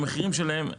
המחירים שלהם,